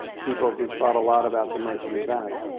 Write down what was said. people who thought a lot about the merchant of venice.